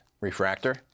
refractor